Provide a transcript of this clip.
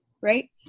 right